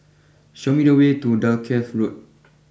show me the way to Dalkeith Road